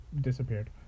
disappeared